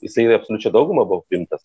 jisai absoliučia dauguma buvo priimtas